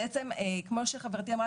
בעצם כמו שחברתי אמרה,